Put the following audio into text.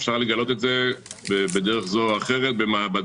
אפשר לגלות את זה בדרך זו או אחרת במעבדה